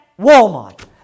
Walmart